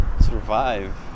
survive